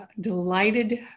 delighted